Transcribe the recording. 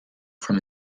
from